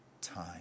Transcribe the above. time